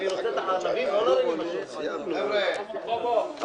אני רוצה לומר לכם את הדבר הבא: